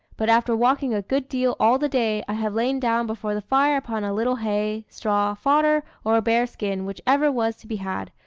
but after walking a good deal all the day, i have lain down before the fire upon a little hay, straw, fodder, or a bearskin, whichever was to be had,